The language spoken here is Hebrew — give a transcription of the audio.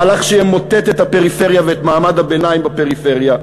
מהלך שימוטט את הפריפריה ואת מעמד הביניים בפריפריה,